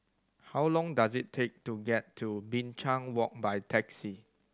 how long does it take to get to Binchang Walk by taxi